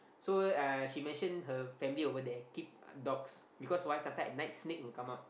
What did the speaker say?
so uh she mentioned her family over there keep dogs because why sometime at night snake will come out